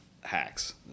hacks